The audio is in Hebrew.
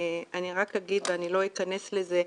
אני רק אגיד ואני לא אכנס לזה,